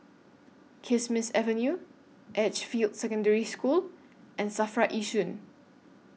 Kismis Avenue Edgefield Secondary School and SAFRA Yishun